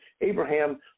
Abraham